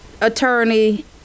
attorney